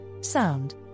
sound